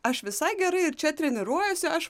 aš visai gerai ir čia treniruojuosi aš